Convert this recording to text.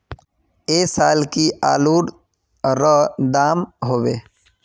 ऐ साल की आलूर र दाम होबे?